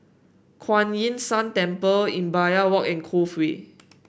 Kuan Yin San Temple Imbiah Walk and Cove Way